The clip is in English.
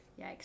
Yikes